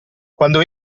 quando